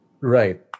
Right